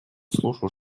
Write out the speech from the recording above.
слушал